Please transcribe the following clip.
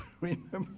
Remember